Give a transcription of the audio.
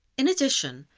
in addition,